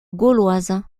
gauloise